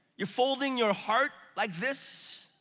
you're folding your heart like this,